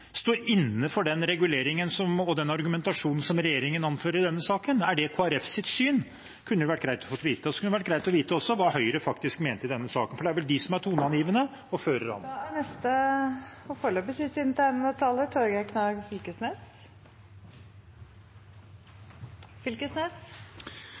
står inne for den reguleringen og den argumentasjonen som regjeringen anfører i denne saken. Er det Kristelig Folkepartis syn? Det kunne vært greit å få vite. Og så kunne det vært greit å vite også hva Høyre faktisk mente i denne saken, for det er vel de som er toneangivende og fører